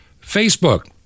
Facebook